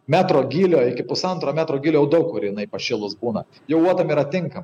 metro gylio iki pusantro metro giliau daug kur jinai pašilus būna jau uotam yra tinka